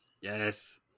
Yes